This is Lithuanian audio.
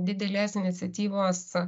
didelės iniciatyvos